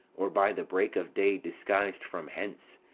or by the break of day disguis'd from hence.